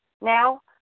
now